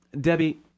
Debbie